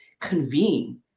convene